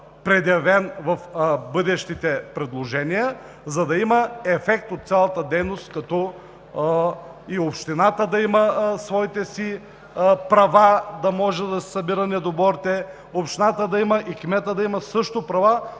предявен в бъдещите предложения, за да има ефект от цялата дейност – и общината да има права, да може да си събира недоборите; общината и кметът да имат също права,